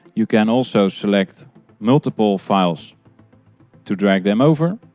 you can also select multiple files to drag them over.